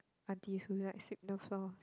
aunties who like sweep the floor